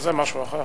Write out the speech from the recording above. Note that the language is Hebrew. זה משהו אחר.